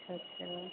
अच्छा